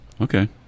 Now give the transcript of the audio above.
Okay